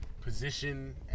position